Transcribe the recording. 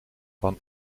van